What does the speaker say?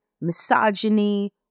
misogyny